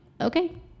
okay